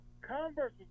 Converse